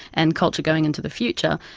and culture going into the future,